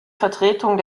vertretung